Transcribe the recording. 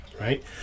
right